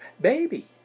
baby